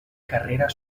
carrera